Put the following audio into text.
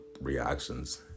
reactions